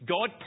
God